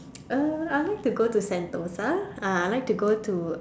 uh I like to go Sentosa uh I like to go to